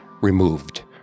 removed